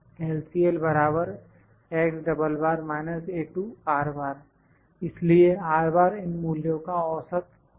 LCL इसलिए इन मूल्यों का औसत होगा